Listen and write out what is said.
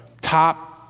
top